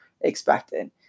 expected